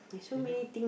you know